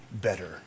better